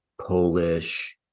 Polish